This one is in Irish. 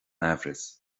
amhras